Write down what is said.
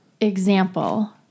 example